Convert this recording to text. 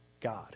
God